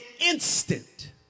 instant